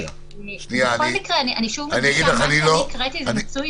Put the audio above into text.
אני לא --- בכל מקרה אני שוב מדגישה שמה שאני הקראתי זה מיצוי